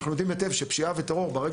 אנחנו יודעים היטב עם פשיעה וטרור שברגע